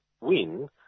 win